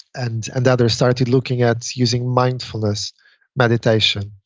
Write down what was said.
and and others started looking at using mindfulness meditation.